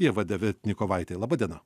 ieva deviatnikovaitė laba diena